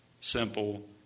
simple